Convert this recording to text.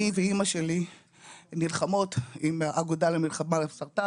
אני ואמא שלי נלחמות עם האגודה למלחמה לסרטן